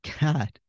God